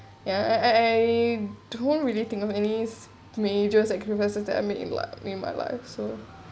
ya I I don't really think of any major sacrifices that I made in life I mean my life so